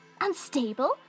Unstable